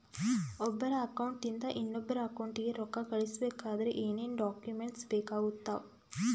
ಒಬ್ಬರ ಅಕೌಂಟ್ ಇಂದ ಇನ್ನೊಬ್ಬರ ಅಕೌಂಟಿಗೆ ರೊಕ್ಕ ಕಳಿಸಬೇಕಾದ್ರೆ ಏನೇನ್ ಡಾಕ್ಯೂಮೆಂಟ್ಸ್ ಬೇಕಾಗುತ್ತಾವ?